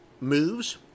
moves